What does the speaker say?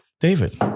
david